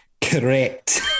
Correct